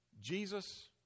Jesus